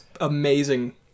amazing